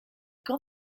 quand